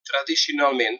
tradicionalment